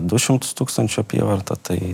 du šimtus tūkstančių apyvartą tai